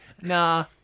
nah